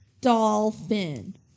dolphin